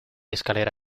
escalera